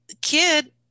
kid